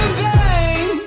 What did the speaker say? bang